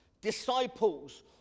disciples